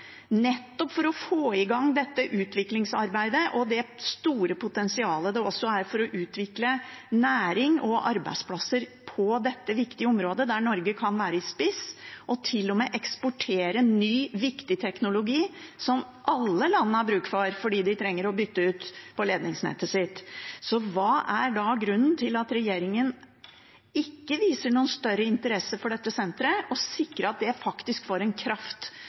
gang dette utviklingsarbeidet og det store potensialet det også er for å utvikle næring og arbeidsplasser på dette viktige området. Norge kan være i spiss og til og med eksportere ny, viktig teknologi som alle land har bruk for, fordi de trenger å bytte ut ledningsnettet sitt. Hva er da grunnen til at regjeringen ikke viser noen større interesse for dette senteret og å sikre at det faktisk får en kraft